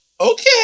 okay